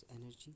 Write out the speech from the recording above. energy